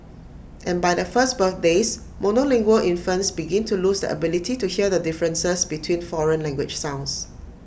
and by their first birthdays monolingual infants begin to lose their ability to hear the differences between foreign language sounds